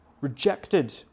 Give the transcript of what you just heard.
rejected